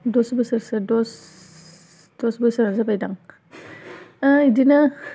दस बोसोरसो दस दस बोसोरानो जाबाय दां बिदिनो